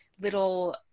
little